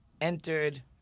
entered